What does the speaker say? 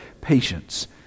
patience